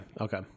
okay